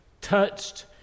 touched